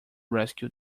rescue